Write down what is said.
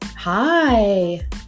Hi